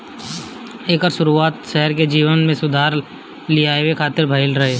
एकर शुरुआत शहर के जीवन में सुधार लियावे खातिर भइल रहे